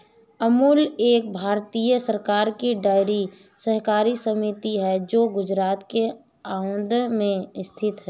अमूल एक भारतीय सरकार की डेयरी सहकारी समिति है जो गुजरात के आणंद में स्थित है